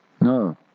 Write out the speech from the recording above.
No